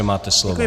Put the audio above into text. Máte slovo.